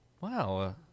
Wow